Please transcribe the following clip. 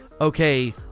Okay